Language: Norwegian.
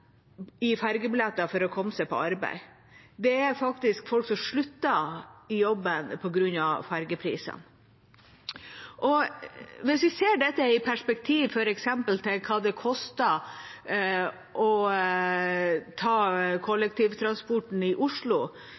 i ferjebilletter for å komme seg på arbeid. Det er faktisk folk som slutter i jobben på grunn av ferjeprisene. Hvis vi ser på hva det f.eks. koster å ta kollektivtransport i Oslo,